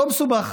לא מסובך: